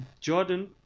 Jordan